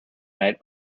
night